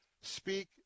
speak